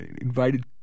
invited